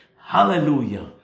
Hallelujah